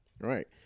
right